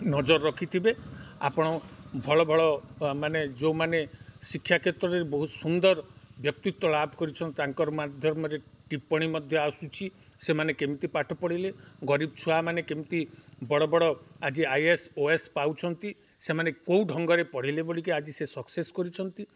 ନଜର ରଖିଥିବେ ଆପଣ ଭଳ ଭଳ ମାନେ ଯେଉଁମାନେ ଶିକ୍ଷା କ୍ଷେତ୍ରରେ ବହୁତ ସୁନ୍ଦର ବ୍ୟକ୍ତିତ୍ୱ ଲାଭ କରିଛନ୍ତି ତାଙ୍କର ମାଧ୍ୟମରେ ଟିପ୍ପଣୀ ମଧ୍ୟ ଆସୁଛି ସେମାନେ କେମିତି ପାଠ ପଢ଼ିଲେ ଗରିବ ଛୁଆମାନେ କେମିତି ବଡ଼ ବଡ଼ ଆଜି ଆଇ ଏସ୍ ଓ ଏସ୍ ପାଉଛନ୍ତି ସେମାନେ କେଉଁ ଢଙ୍ଗରେ ପଢ଼ିଲେ ବୋଲିକି ଆଜି ସେ ସକ୍ସେସ୍ କରିଛନ୍ତି